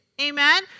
Amen